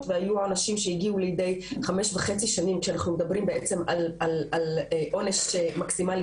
והיו עונשים שהגיעו לידי חמש וחצי שנים כשאנחנו מדברים על עונש מקסימלי